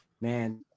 man